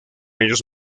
años